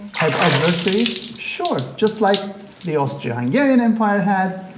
had adversities? sure. just like the austro-hungarian empire had,